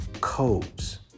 codes